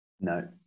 No